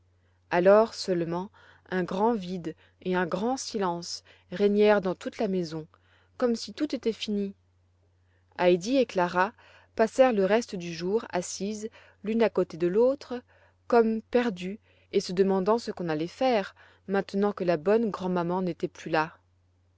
alors seulement un grand vide et un grand silence régnèrent dans toute la maison comme si tout était fini heidi et clara passèrent le reste du jour assises l'une à côté de l'autre comme perdues et se demandant ce qu'on allait faire maintenant que la bonne grand'maman n'était plus là